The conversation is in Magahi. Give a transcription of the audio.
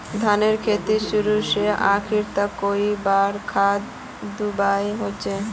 धानेर खेतीत शुरू से आखरी तक कई बार खाद दुबा होचए?